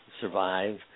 survive